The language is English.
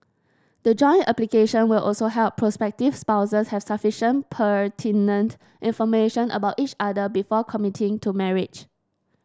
the joint application will also help prospective spouses have sufficient pertinent information about each other before committing to marriage